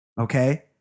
Okay